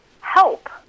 help